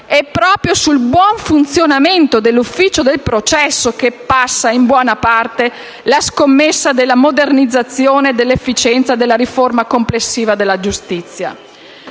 È proprio sul buon funzionamento dell'ufficio del processo che passa in buona parte la scommessa della modernizzazione e dell'efficienza della riforma complessiva della giustizia.